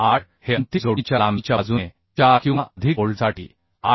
8 हे अंतिम जोडणीच्या लांबीच्या बाजूने 4 किंवा अधिक बोल्टसाठी 8